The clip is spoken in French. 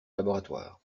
laboratoire